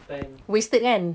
wasted kan